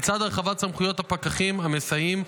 לצד הרחבת סמכויות הפקחים המסייעים,